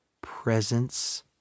presence